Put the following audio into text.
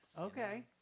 Okay